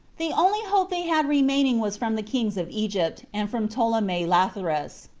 the only hope they had remaining was from the kings of egypt, and from ptolemy lathyrus,